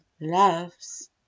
love's